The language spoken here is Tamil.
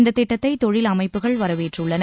இந்த திட்டத்தை தொழில் அமைப்புகள் வரவேற்றுள்ளன